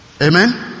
Amen